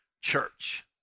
Church